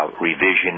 revision